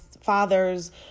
father's